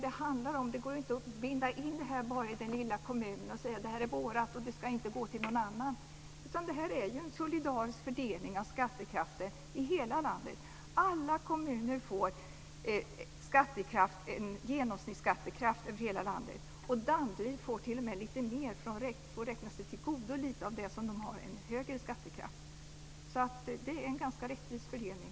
Det går alltså inte att bara binda in det här i den lilla kommunen och säga: Det här är vårt och ska inte gå till någon annan. I stället är det fråga om en solidarisk fördelning av skattekraften över hela landet. Alla kommuner får en genomsnittsskattekraft för hela landet. Danderyd får t.o.m. lite mer eftersom man får tillgodoräkna sig lite grann genom sin högre skattekraft. Det är alltså en ganska rättvis fördelning.